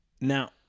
now